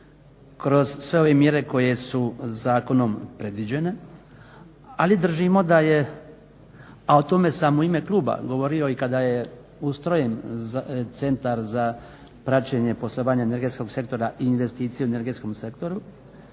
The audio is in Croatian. kroz sve ove mjere koje su zakonom predviđene, ali držimo da je a o tome sam u ime kluba govorio kada je ustrojen Centar za praćenje poslovanja energetskog sektora investicije u energetskom sektoru,